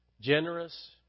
generous